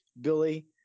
Billy